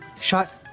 shut